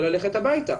וללכת הביתה.